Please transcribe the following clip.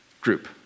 group